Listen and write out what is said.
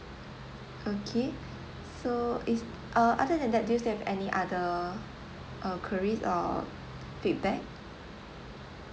okay so is uh other than that do you still have any other uh queries or feedback